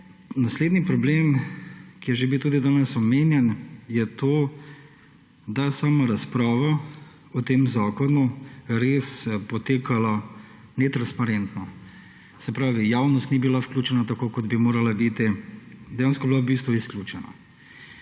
Naslednji problem, ki je že bil tudi danes omenjen, je, da je sama razprava o tem zakonu potekala netransparentno. Se pravi, javnost ni bila vključena tako, kot bi morala biti, dejansko je bila v bistvu izključena.